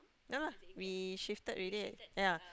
no lah we shifted already ya